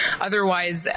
Otherwise